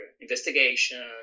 investigation